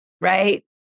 right